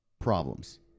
problems